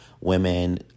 women